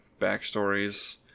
backstories